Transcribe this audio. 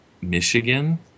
Michigan